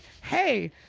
hey